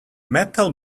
metal